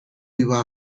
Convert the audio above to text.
iba